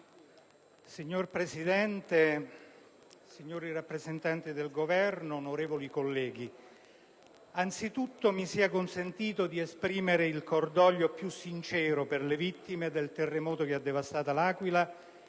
Signor Presidente, signori rappresentanti del Governo, onorevoli colleghi, anzitutto mi sia consentito di esprimere il cordoglio più sincero per le vittime del terremoto che ha devastato L'Aquila e